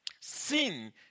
Sin